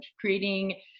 creating